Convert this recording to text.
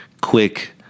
quick